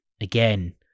again